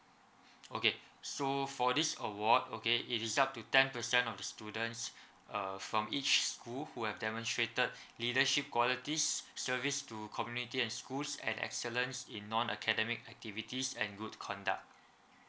okay so for this award okay it is up to ten percent of the students uh from each school who have demonstrated leadership qualities service to community and schools and excellence in non academic activities and good conduct